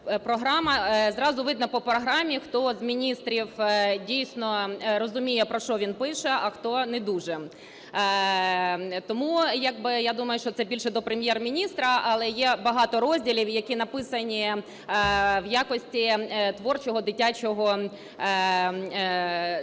Програма, зразу видно по програмі, хто з міністрів дійсно розуміє, про що він пише, а хто не дуже. Тому якби я думаю, що це більше до Прем’єр-міністра, але є багато розділів, які написані в якості творчого дитячого звіту.